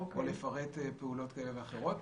או לפרט פעולות כאלה ואחרות.